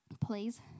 please